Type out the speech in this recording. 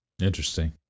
Interesting